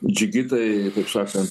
džigitai taip sakant